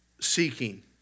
seeking